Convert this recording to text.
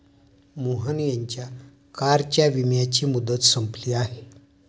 मोहन यांच्या कारच्या विम्याची मुदत संपली आहे